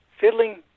fiddling